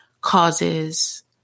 causes